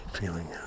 feeling